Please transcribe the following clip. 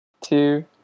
two